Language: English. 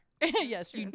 yes